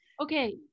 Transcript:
Okay